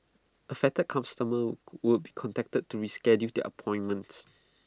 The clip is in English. affected customers would be contacted to reschedule their appointments